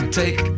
take